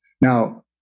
now